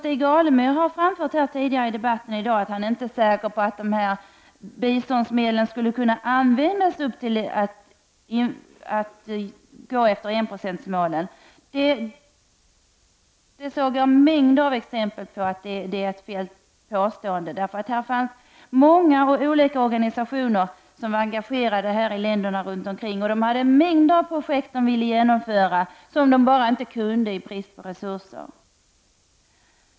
Stig Alemyr sade tidigare här i dag att han inte är säker på att u-länderna skulle kunna använda de biståndsmedel som ett genomförande av enprocentsmålet skulle innebära. Jag såg mängder av exempel på att det är ett felaktigt påstående. Många olika organisationer är engagerade i u-länderna, och de har mängder av projekt som de vill genomföra och som de bara inte kan förverkliga i brist på resurser.